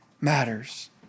matters